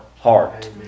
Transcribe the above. heart